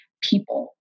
people